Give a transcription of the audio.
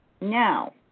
now